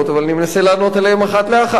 אבל אני מנסה לענות עליהן אחת לאחת.